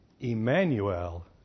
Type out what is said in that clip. Emmanuel